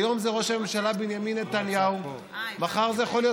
היום זה ראש הממשלה בנימין נתניהו ומחר זה יכול להיות